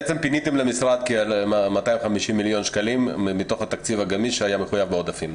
בעצם פיניתם למשרד 250 מיליון שקלים מתוך התקציב שהיה מחויב בעודפים,